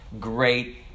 great